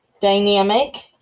dynamic